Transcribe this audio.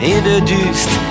introduced